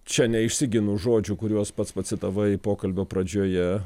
čia neišsiginu žodžių kuriuos pats pacitavai pokalbio pradžioje